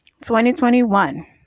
2021